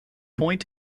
point